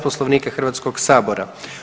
Poslovnika Hrvatskog sabora.